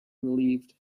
relieved